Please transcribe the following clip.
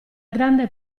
grande